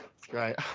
Great